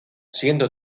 siendo